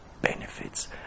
benefits